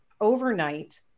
overnight